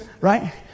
Right